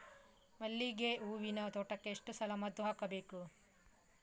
ಮಲ್ಲಿಗೆ ಹೂವಿನ ತೋಟಕ್ಕೆ ಎಷ್ಟು ಸಲ ಮದ್ದು ಹಾಕಬೇಕು?